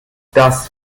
das